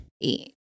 Eight